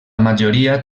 majoria